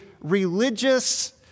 religious